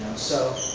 so,